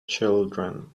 children